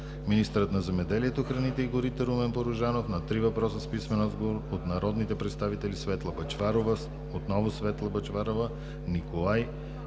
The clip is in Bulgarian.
министърът на земеделието, храните и горите Румен Порожанов – на три въпроса с писмен отговор от народните представители Светла Бъчварова; Светла Бъчварова и Николай